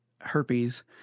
herpes